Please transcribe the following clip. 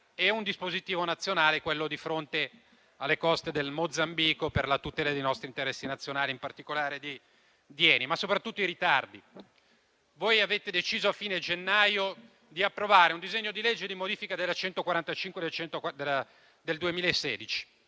e un dispositivo nazionale - quello di fronte alle coste del Mozambico - per la tutela dei nostri interessi nazionali, in particolare di ENI. Soprattutto abbiamo delle perplessità sui ritardi: avete deciso a fine gennaio di approvare un disegno di legge di modifica della legge n. 145 del 2016.